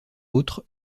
autres